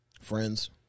friends